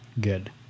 good